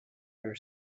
her